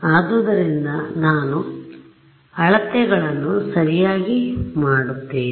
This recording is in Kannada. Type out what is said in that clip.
ಆದ್ದರಿಂದ ನಾನು ಎಷ್ಟು ಅಳತೆಗಳನ್ನು ಸರಿಯಾಗಿ ಮಾಡುತ್ತೇನೆ